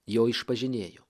jo išpažinėju